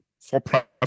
for-profit